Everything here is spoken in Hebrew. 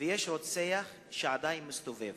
ויש רוצח שעדיין מסתובב,